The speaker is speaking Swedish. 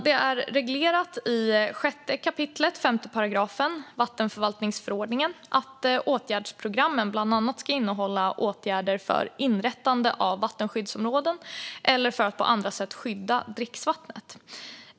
Det är reglerat i 6 kap. 5 § vattenförvaltningsförordningen att åtgärdsprogrammen bland annat ska innehålla åtgärder för inrättande av vattenskyddsområden eller för att på annat sätt skydda dricksvatten.